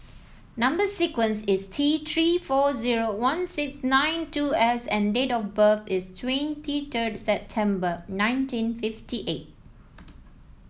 number sequence is T Three four zero one six nine two S and date of birth is twenty third September nineteen fifty eight